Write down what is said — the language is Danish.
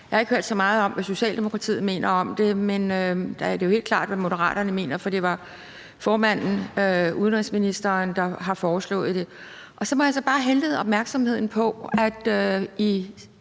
Jeg har ikke hørt så meget om, hvad Socialdemokratiet mener om det, men det er jo helt klart, hvad Moderaterne mener, for det er formanden, udenrigsministeren, der har foreslået det. Så må jeg bare henlede opmærksomheden på, at